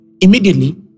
immediately